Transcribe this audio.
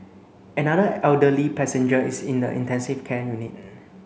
another elderly passenger is in the intensive care unit